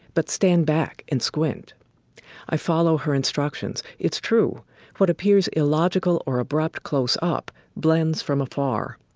but stand back and squint i follow her instructions. it's true what appears illogical or abrupt close up blends from afar.